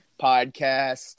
podcast